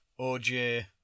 OJ